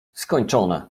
skończone